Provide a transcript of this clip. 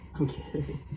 okay